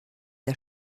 der